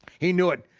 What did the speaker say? he knew it,